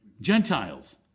Gentiles